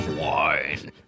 wine